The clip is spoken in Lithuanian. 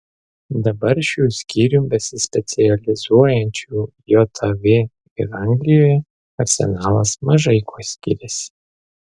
dabar šių skyrių besispecializuojančių jav ir anglijoje arsenalas mažai kuo skiriasi